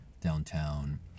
downtown